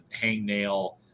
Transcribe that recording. hangnail